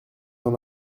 dans